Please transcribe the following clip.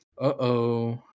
Uh-oh